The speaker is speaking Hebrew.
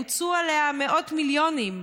והוצאו עליה מאות מיליונים.